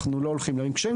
אנחנו לא הולכים להרים קשיים,